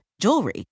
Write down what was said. jewelry